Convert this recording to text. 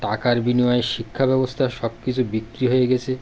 টাকার বিনিময়ে শিক্ষাব্যবস্থার সব কিছু বিক্রি হয়ে গেছে